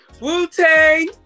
Wu-Tang